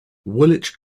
woolwich